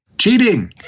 Cheating